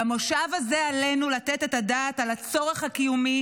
במושב הזה עלינו לתת את הדעת על הצורך הקיומי